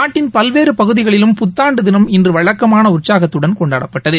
நாட்டின் பல்வேறுபகுதிகளிலும் புத்தாண்டுதினம் இன்றுவழக்கமானஉற்சாகத்துடன் கொண்டாடப்பட்டது